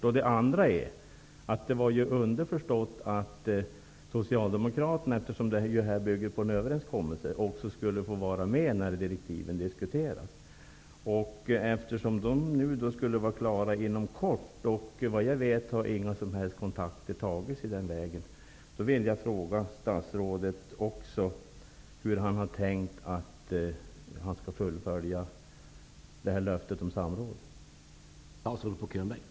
Då detta bygger på en överenskommelse var det underförstått att också Socialdemokraterna skulle vara med när direktiven skulle diskuteras. Eftersom direktiven skall vara klara inom kort och det, så vitt jag vet, inte har tagits några som helst kontakter, vill jag också fråga statsrådet hur man har tänkt att löftet om samråd skall fullföljas.